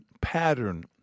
pattern